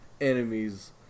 enemies